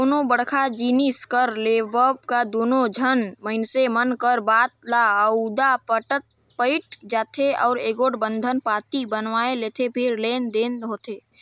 कोनो बड़का जिनिस कर लेवब म दूनो झन मइनसे मन कर बात में सउदा पइट जाथे ता एगोट बंधन पाती बनवाए लेथें फेर लेन देन होथे